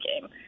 game